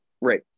right